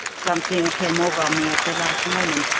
something came over me at the last moment,